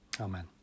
Amen